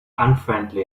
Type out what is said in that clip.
unfriendly